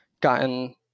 gotten